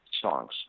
songs